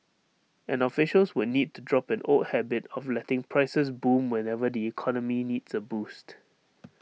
and officials would need to drop an old habit of letting prices boom whenever the economy needs A boost